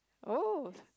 oh